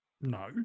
No